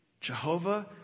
Jehovah